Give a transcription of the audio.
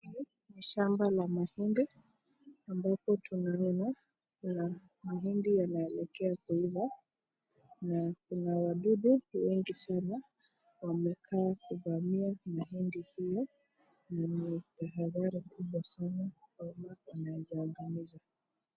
Hii ni shamba la mahindi ambapo tunaona kuna mahindi yanaelekea kuiva na kuna wadudu wengi sana wamekaa kuvamia mahindi hiyo na ni tahadhari kubwa sana kwa maana wanaiangamiza.